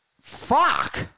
fuck